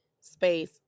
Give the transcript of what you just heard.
space